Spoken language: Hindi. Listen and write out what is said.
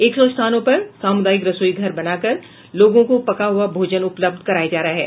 एक सौ स्थानों पर सामुदायिक रसोई घर बनाकर लोगों को पका हुआ भोजन उपलब्ध कराया जा रहा है